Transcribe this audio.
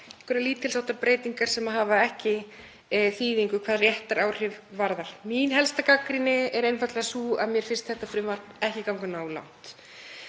einhverjar lítils háttar breytingar sem hafa ekki þýðingu hvað réttaráhrif varðar. Mín helsta gagnrýni er sú að mér finnst þetta frumvarp ekki ganga nógu langt